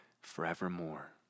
forevermore